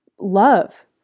love